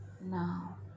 now